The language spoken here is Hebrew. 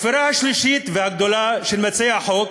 הכפירה השלישית והגדולה של מציעי החוק,